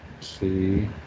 see